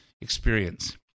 experience